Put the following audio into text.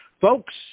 Folks